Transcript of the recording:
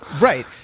Right